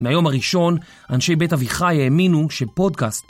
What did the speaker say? מהיום הראשון אנשי בית אביכה יאמינו שפודקאסט